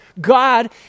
God